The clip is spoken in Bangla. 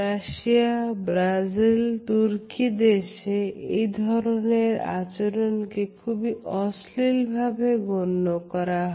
রাশিয়া ব্রাজিল তুর্কি দেশে এই ধরনের আচরণকে খুবই অশ্লীলভাবে গণ্য করা হয়